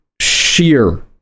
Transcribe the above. sheer